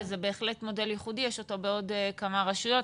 זה בהחלט מודל ייחודי שיש אותו בעוד כמה רשויות.